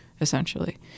essentially